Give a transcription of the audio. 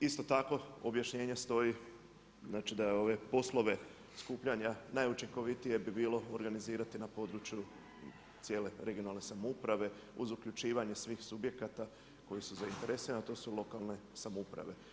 Isto tako objašnjenje stoji, znači da ove poslove skupljanja, najučinkovitije bi bilo organizirati na području cijele regionalne samouprave uz uključivanje svih subjekata koji su zainteresirani, a to su lokalne samouprave.